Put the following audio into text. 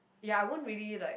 ya I won't really like